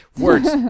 Words